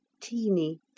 teeny